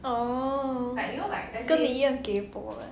oh 跟你一样 kaypoh ah